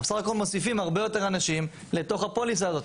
אנחנו בסך הכול מוסיפים הרבה יותר אנשים לתוך הפוליסה הזאת.